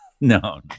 No